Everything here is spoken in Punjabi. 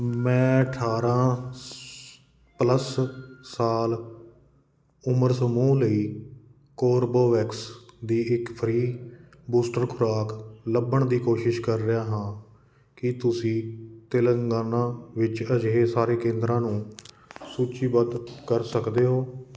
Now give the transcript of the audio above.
ਮੈਂ ਅਠਾਰਾਂ ਪਲੱਸ ਸਾਲ ਉਮਰ ਸਮੂਹ ਲਈ ਕੋਰਬੇਵੈਕਸ ਦੀ ਇੱਕ ਫ੍ਰੀ ਬੂਸਟਰ ਖੁਰਾਕ ਲੱਭਣ ਦੀ ਕੋਸ਼ਿਸ਼ ਕਰ ਰਿਹਾ ਹਾਂ ਕੀ ਤੁਸੀਂ ਤੇਲੰਗਾਨਾ ਵਿੱਚ ਅਜਿਹੇ ਸਾਰੇ ਕੇਂਦਰਾਂ ਨੂੰ ਸੂਚੀਬੱਧ ਕਰ ਸਕਦੇ ਹੋ